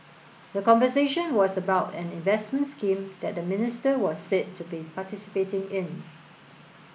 the conversation was about an investment scheme that the minister was said to be participating in